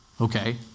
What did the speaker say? Okay